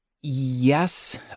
Yes